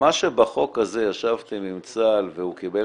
מה שבחוק הזה ישבתם עם צה"ל והוא קיבל